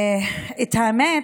האמת,